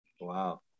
Wow